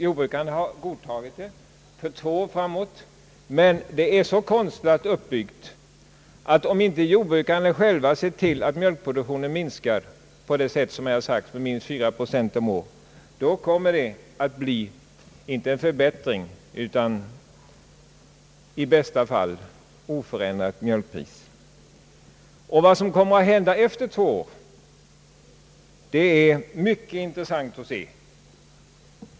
Jordbrukarna har godtagit det för två år framåt, men det är uppbyggt på ett så konstlat sätt att om inte jordbrukarna själva ser till att mjölkproduktionen minskar med minst 4 procent om året kommer avtalet att leda till inte en förbättring utan i bästa fall ett oförändrat mjölkpris. Vad som kommer att hända efter två år blir mycket intressant att se.